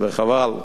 וחבל,